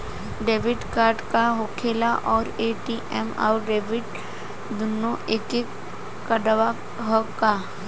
Debit card का होखेला और ए.टी.एम आउर डेबिट दुनों एके कार्डवा ह का?